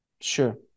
Sure